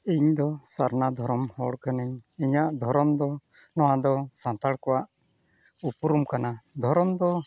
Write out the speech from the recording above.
ᱤᱧᱫᱚ ᱥᱟᱨᱱᱟ ᱫᱷᱚᱨᱚᱢ ᱦᱚᱲ ᱠᱟᱹᱱᱟᱹᱧ ᱤᱧᱟᱹᱜ ᱫᱷᱚᱨᱚᱢ ᱫᱚ ᱱᱚᱣᱟᱫᱚ ᱥᱟᱱᱛᱟᱲ ᱠᱚᱣᱟᱜ ᱩᱯᱨᱩᱢ ᱠᱟᱱᱟ ᱫᱷᱚᱨᱚᱢ ᱫᱚ